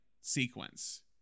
sequence